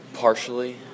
Partially